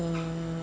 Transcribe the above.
uh